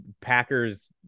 Packers